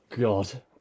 god